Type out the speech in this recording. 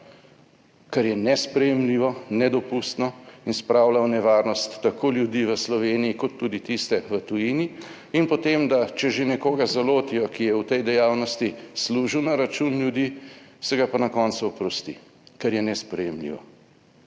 kar je nesprejemljivo, nedopustno in spravlja v nevarnost tako ljudi v Sloveniji, kot tudi tiste v tujini. In potem, da če že nekoga zalotijo, ki je v tej dejavnosti služil na račun ljudi, se ga pa na koncu oprosti, kar je nesprejemljivo.